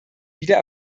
wieder